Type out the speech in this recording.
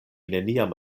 neniam